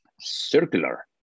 circular